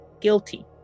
guilty